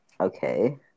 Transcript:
Okay